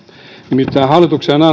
nimittäin hallituksen